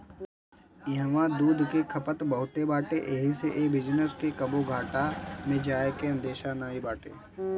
इहवा दूध के खपत बहुते बाटे एही से ए बिजनेस के कबो घाटा में जाए के अंदेशा नाई बाटे